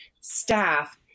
staff